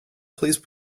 please